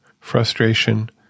frustration